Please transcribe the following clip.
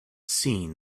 seen